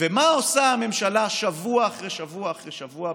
ומה עושה הממשלה, שבוע אחרי שבוע אחרי שבוע?